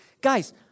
guys